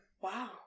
Wow